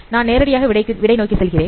நான் நேரடியாக விடை நோக்கி செல்கிறேன்